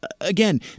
again